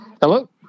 Hello